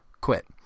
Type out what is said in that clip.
Quit